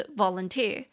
volunteer